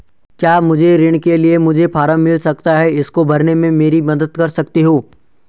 क्या मुझे ऋण के लिए मुझे फार्म मिल सकता है इसको भरने में मेरी मदद कर सकते हो?